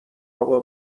اقا